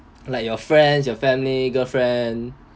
like your friends your family girlfriend